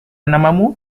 namamu